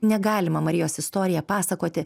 negalima marijos istoriją pasakoti